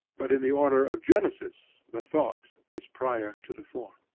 but in the order of genesis the thought is prior to the form.